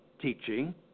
teaching